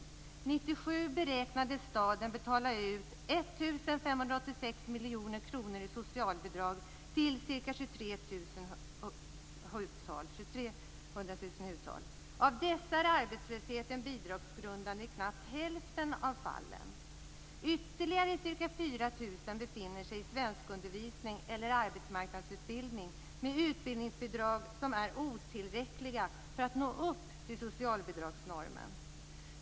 1997 beräknades staden betala ut 1 586 miljoner kronor i socialbidrag till ca 23 000 hushåll. I dessa hushåll är arbetslösheten bidragsgrund i knappt hälften av fallen. I ytterligare ca 4 000 fall befinner man sig i svenskundervisning eller arbetsmarknadsutbildning med utbildningsbidrag som är otillräckliga för att nå upp till socialbidragsnormen.